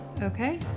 Okay